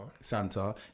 Santa